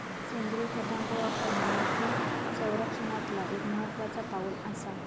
सेंद्रिय खतांचो वापर ह्या माती संरक्षणातला एक महत्त्वाचा पाऊल आसा